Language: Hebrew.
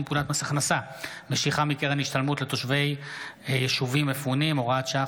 פקודת מס הכנסה (משיכה מקרן השתלמות לתושבי יישובים מפונים) (הוראת שעה,